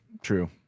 True